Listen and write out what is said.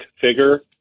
figure